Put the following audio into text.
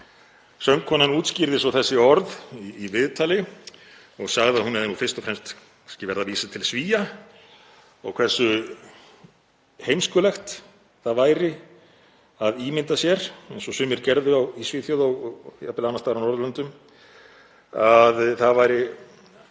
Söngkonan útskýrði svo þessi orð í viðtali og sagði að hún hefði fyrst og fremst verið að vísa til Svía og hversu heimskulegt það væri að ímynda sér, eins og sumir gerðu í Svíþjóð og jafnvel annars staðar á Norðurlöndum, að það væri